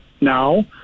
now